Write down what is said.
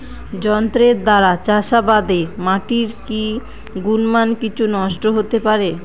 যন্ত্রের দ্বারা চাষাবাদে মাটির কি গুণমান কিছু নষ্ট হতে পারে?